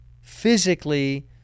physically